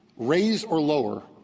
raise or lower,